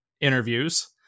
interviews